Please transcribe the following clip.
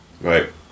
Right